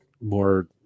more